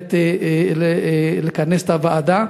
באמת לכנס את הוועדה.